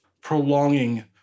prolonging